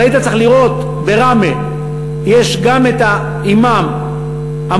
אבל היית צריך לראות: בראמה יש גם את האימאם המוסלמי,